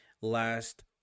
last